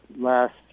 last